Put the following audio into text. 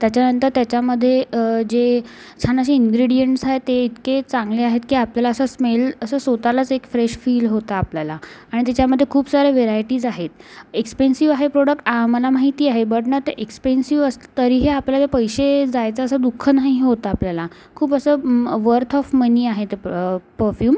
त्याच्यानंतर त्याच्यामध्ये जे छान असे इन्ग्रेडियन्ट्स आहे ते इतके चांगले आहेत की आपल्याला असं स्मेल असं स्वतःलाच एक फ्रेश फील होतं आपल्याला आणि त्याच्यामध्ये खूप साऱ्या व्हेरायटीज आहेत एक्स्पेन्सिव आहे प्रोडक्ट आम्हाला माहिती आहे बट ना ते एक्स्पेन्सिव असलं तरीही आपल्याला पैसे जायचं असं दु ख नाही होत आपल्याला खूप असं वर्थ ऑफ मनी आहे ते प परफ्यूम